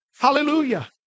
Hallelujah